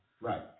Right